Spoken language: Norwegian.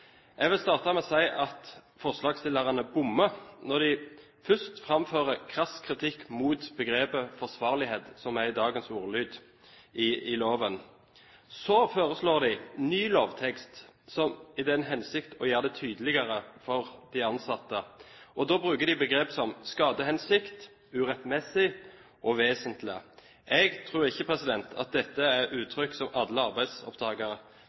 Jeg vil starte med å si at forslagsstillerne bommer når de først framfører krass kritikk mot begrepet «forsvarlig», som er dagens ordlyd i loven. Så foreslår de ny lovtekst i den hensikt å gjøre det tydeligere for de ansatte, og da bruker de begrep som «skadehensikt», «urettmessig» og «vesentlig». Jeg tror ikke at dette er begrep som alle